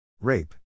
Rape